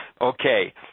Okay